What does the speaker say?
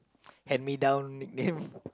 hand me down nickname